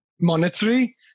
monetary